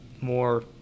more